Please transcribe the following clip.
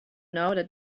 know